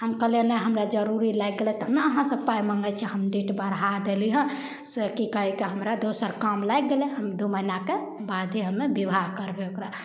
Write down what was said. हम कहलियै नहि हमरा जरूरी लागि गेलै तब ने हम अहाँ से पाइ मँगै छी हम डेट बढ़ा देलीहँ से कि कहै हमरा दोसर काम लागि गेलै हम दू महीना के बादे हमे विवाह करबै ओकरा